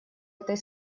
этой